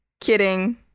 kidding